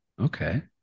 okay